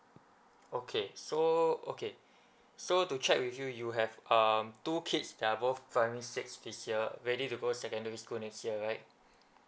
okay so okay so to check with you you have um two kids they're both primary six this year ready to go secondary school next year right